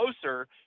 closer